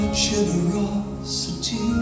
generosity